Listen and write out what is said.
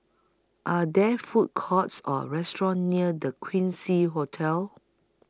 Are There Food Courts Or restaurants near The Quincy Hotel